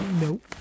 Nope